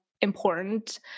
important